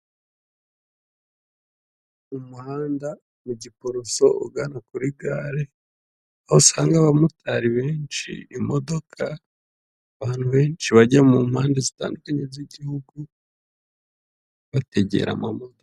Umuhanda mu Giporoso ugana kuri gare, aho usanga abamotari benshi imodoka abantu benshi bajya mu mpande zitandukanye z'igihugu bategera amamoto.